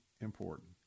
important